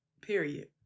Period